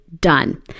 done